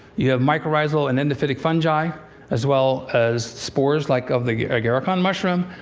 you have mycorrhizal and endophytic fungi as well as spores, like of the agarikon mushroom.